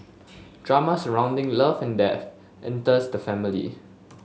drama surrounding love and death enters the family